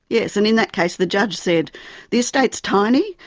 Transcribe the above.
yes, and in that case the judge said the estate is tiny,